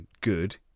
good